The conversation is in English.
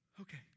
Okay